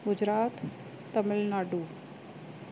Gujarat Tamil Nadu